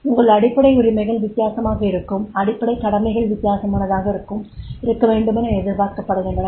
உங்கள் அடிப்படை உரிமைகள் வித்தியாசமாக இருக்கும் அடிப்படைக் கடமைகள் வித்தியாசமானதாக இருக்கவேண்டுமென எதிர்பார்க்கப்படுகின்றன